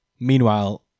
meanwhile